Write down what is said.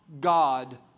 God